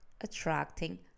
attracting